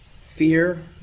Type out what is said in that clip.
fear